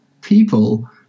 people